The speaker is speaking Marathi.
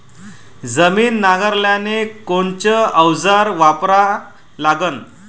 जमीन नांगराले कोनचं अवजार वापरा लागन?